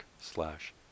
slash